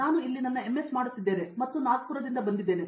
ನಾನು ಇಲ್ಲಿ ನನ್ನ ಎಂಎಸ್ ಮಾಡುತ್ತಿದ್ದೇನೆ ಮತ್ತು ನಾನು ನಾಗ್ಪುರದಿಂದ ಬಂದಿದ್ದೇನೆ